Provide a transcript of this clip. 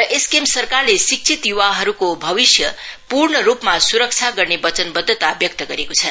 र एसकेएम सरकारले शिक्षित य्वाहरूको भविष्य पूर्णरूपमा स्रक्षा गर्ने वचनबद्धता व्यक्त गरेको छ